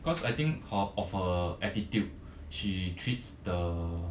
cause I think her of her attitude she treats the